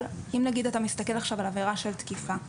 אבל אם נגיד אתה מסתכל עכשיו על עבירה של תקיפה,